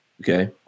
okay